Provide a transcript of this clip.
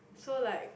so like